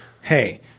Hey